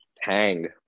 Hang